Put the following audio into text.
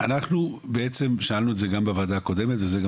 אנחנו בעצם שאלנו את זה גם בוועדה הקודמת וזה גם